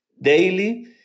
daily